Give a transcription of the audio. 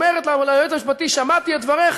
אומרת ליועץ המשפטי: שמעתי את דבריך